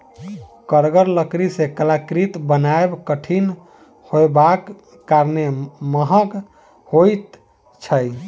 कड़गर लकड़ी सॅ कलाकृति बनायब कठिन होयबाक कारणेँ महग होइत छै